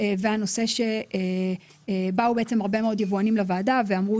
באו הרבה מאוד יבואנים לוועדה ואמרו